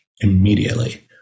immediately